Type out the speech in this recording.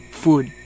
food